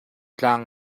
tlang